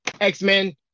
X-Men